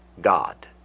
God